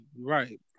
Right